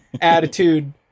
attitude